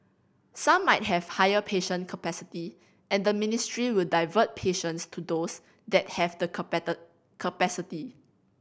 some might have higher patient capacity and the ministry will divert patients to those that have the capacity